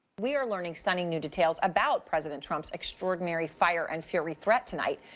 we are learning stunning new details about president trump's extraordinary fire and fury threat tonight,